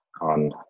on